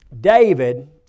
David